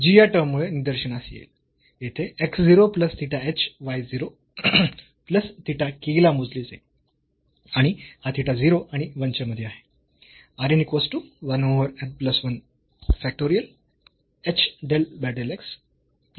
जी या टर्म मुळे निदर्शनास येईल येथे x 0 plus theta h y 0 plus theta k ला मोजली जाईल आणि हा थिटा 0 आणि 1 च्या मध्ये आहे